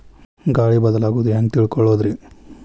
ಗಾಳಿ ಬದಲಾಗೊದು ಹ್ಯಾಂಗ್ ತಿಳ್ಕೋಳೊದ್ರೇ?